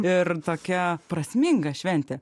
ir tokia prasminga šventė